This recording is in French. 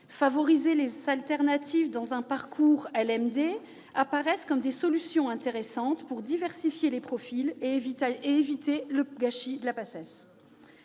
favoriser les alternatives dans un parcours LMD apparaissent comme des solutions intéressantes pour diversifier les profils et éviter le gâchis de la PACES.